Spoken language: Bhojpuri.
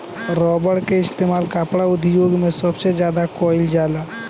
रबर के इस्तेमाल कपड़ा उद्योग मे सबसे ज्यादा कइल जाला